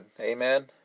amen